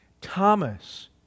Thomas